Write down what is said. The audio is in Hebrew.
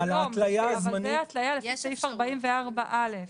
זה התליה לפי סעיף 44(א),